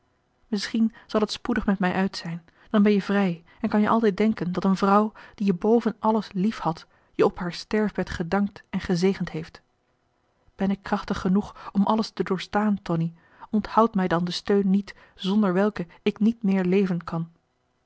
misschien zal t spoedig met mij uit zijn dan ben je vrij en kan je altijd denken dat een vrouw die je boven alles liefhad je op haar sterfbed gedankt en gezegend heeft ben ik krachtig genoeg om alles te doorstaan tonie onthoud mij dan den steun niet zonder welken ik niet meer leven kan